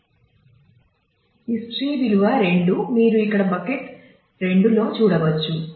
హిస్టరీకు విలువ 2 మీరు ఇక్కడ బకెట్ 2 లో చూడవచ్చు